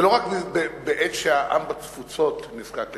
והיא לא רק בעת שהעם בתפוצות נזקק לתמיכה,